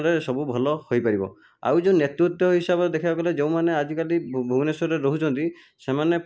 ରେ ସବୁ ଭଲ ହୋଇପାରିବ ଆଉ ଯେଉଁ ନେତୃତ୍ୱ ହିସାବରେ ଦେଖିବାକୁ ଗଲେ ଯେଉଁମାନେ ଆଜିକାଲି ଭୁବନେଶ୍ୱରେ ରହୁଛନ୍ତି ସେମାନେ